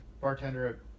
bartender